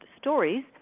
Stories